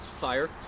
fire